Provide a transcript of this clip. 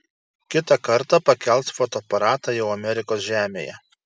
kitą kartą pakels fotoaparatą jau amerikos žemėje